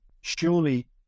surely